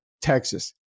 Texas